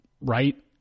right